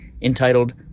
entitled